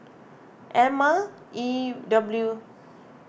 Ema E W